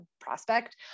prospect